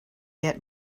get